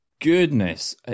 goodness